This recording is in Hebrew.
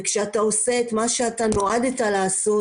וכשאתה עושה את מה שאתה נועדת לעשות,